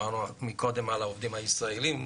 דיברנו קודם על העובדים הישראלים,